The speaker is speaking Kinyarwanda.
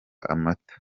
amata